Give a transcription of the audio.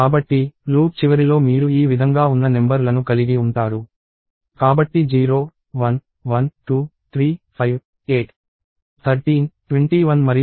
కాబట్టి లూప్ చివరిలో మీరు ఈ విధంగా ఉన్న నెంబర్ లను కలిగి ఉంటారు కాబట్టి 0 1 1 2 3 5 8 13 21 మరియు 34